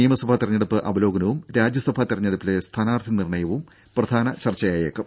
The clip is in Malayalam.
നിയമസഭാ തെരഞ്ഞെടുപ്പ് അവലോകനവും രാജ്യസഭാ തെരഞ്ഞെടുപ്പിലെ സ്ഥാനാർത്ഥി നിർണയവും പ്രധാന ചർച്ചയായേക്കും